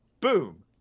Boom